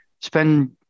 spend